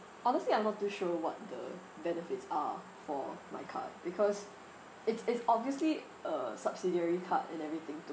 honestly I'm not too sure what the benefits are for my card because it's it's obviously a subsidiary card in everything to